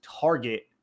target